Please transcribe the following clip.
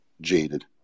jaded